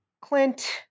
clint